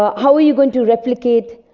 um how are you going to replicate?